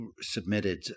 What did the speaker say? submitted